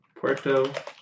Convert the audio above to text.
Puerto